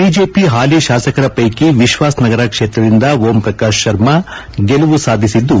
BJP ಹಾಲಿ ಶಾಸಕರ ಪೈಕಿ ವಿಶ್ವಾಸ್ ನಗರ ಕ್ಷೇತ್ರದಿಂದ ಓಂ ಪ್ರಕಾಶ್ ಶರ್ಮಾ ಗೆಲುವು ಸಾಧಿಸಿದ್ದು